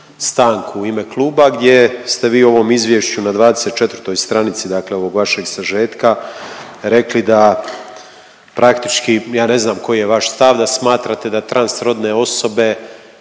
u ime kluba gdje ste vi u ovom Izvješću na 24. stranici, dakle ovog vašeg sažetka rekli da praktički, ja ne znam koji je vaš stav, da smatrate da transrodne osobe